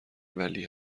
ولی